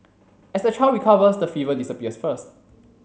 as the child recovers the fever disappears first